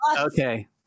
Okay